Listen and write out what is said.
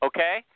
Okay